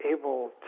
able